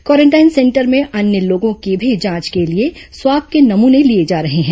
quarantine centre में अन्य लोगों के भी जांच के लिए स्वाब के नमूने लिए जा रहे हैं